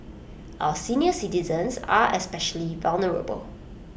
our senior citizens are especially vulnerable